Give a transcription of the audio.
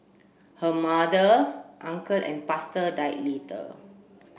her mother uncle and pastor died later